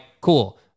cool